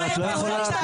לא ירצו,